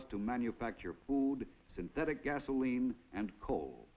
us to manufacture food synthetic gasoline and co